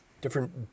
Different